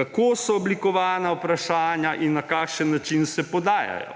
kako so oblikovana vprašanja in na kakšen način se podajajo.